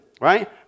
Right